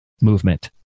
movement